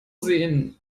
sehen